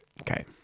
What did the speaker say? Okay